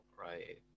right